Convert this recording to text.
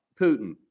Putin